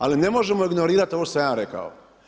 Ali ne možemo ignorirati ovo što sam ja rekao.